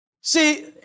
See